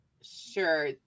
Sure